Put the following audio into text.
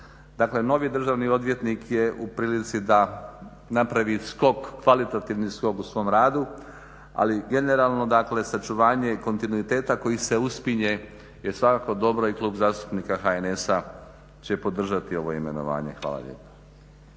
Dakle, novi državni odvjetnik je u prilici da napravi skok, kvalitativni skok u svom radu, ali generalno dakle sačuvanje i kontinuiteta koji se uspinje je svakako dobra i Klub zastupnika HNS-a će podržati ovo imenovanje. Hvala lijepa.